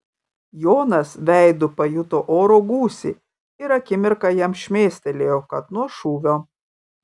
jonas veidu pajuto oro gūsį ir akimirką jam šmėstelėjo kad nuo šūvio